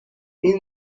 این